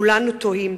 כולנו תוהים.